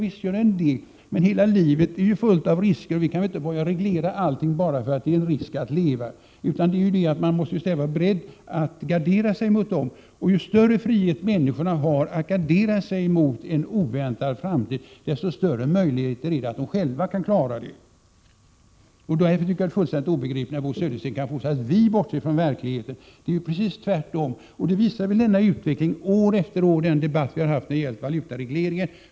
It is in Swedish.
Javisst gör den det, men hela livet är ju fullt av risker, och vi kan väl inte börja reglera allting bara för att det är en risk att leva. Man måste i stället vara beredd att gardera sig mot dem. Ju större frihet människorna har att gardera sig mot en oväntad framtid, desto större möjligheter har de att själva klara detta. Därför är det fullständigt obegripligt att Bo Södersten påstår att vi bortser från verkligheten. Det är ju precis tvärtom. Detta visar väl denna utveckling; år efter år har vi haft en debatt om valutaregleringen.